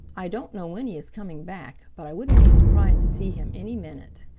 i don't know when he is coming back, but i wouldn't be surprised to see him any minute.